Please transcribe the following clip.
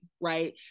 right